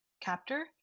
captor